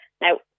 Now